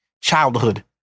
childhood